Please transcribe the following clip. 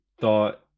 thought